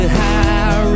high